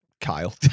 Kyle